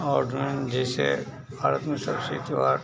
और जैसे भारत में सबसे त्योहार